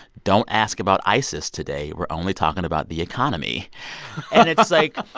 don't ask about isis today. we're only talking about the economy and it's like,